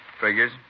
Figures